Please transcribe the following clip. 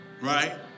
right